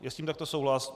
Je s tím takto souhlas?